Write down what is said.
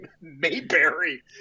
Mayberry